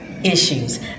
issues